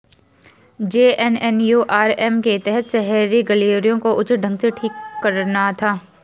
JNNURM के तहत शहरी गलियारों को उचित ढंग से ठीक कराना था